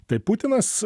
tai putinas